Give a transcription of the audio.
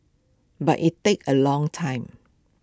but IT takes A long time